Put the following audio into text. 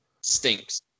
stinks